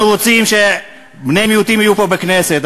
אנחנו רוצים שבני מיעוטים יהיו פה בכנסת,